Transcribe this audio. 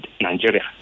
Nigeria